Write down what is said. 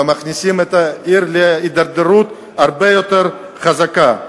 ומכניסים את העיר להידרדרות הרבה יותר חזקה.